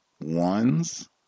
ones